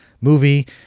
movie